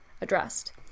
addressed